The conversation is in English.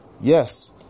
Yes